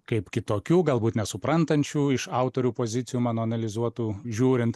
kaip kitokių galbūt nesuprantančių iš autorių pozicijų mano analizuotų žiūrint